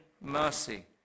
mercy